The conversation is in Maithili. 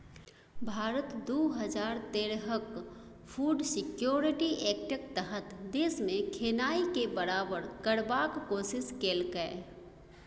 भारत दु हजार तेरहक फुड सिक्योरिटी एक्टक तहत देशमे खेनाइ केँ बराबर करबाक कोशिश केलकै